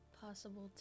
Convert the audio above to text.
possible